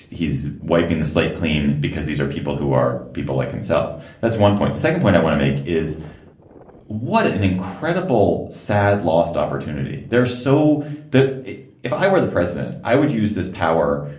he's wiping the slate clean because these are people who are people like himself. that's one point. the second point i want to make is what an incredible, sad, lost opportunity there so that if i were the president, i would use this power.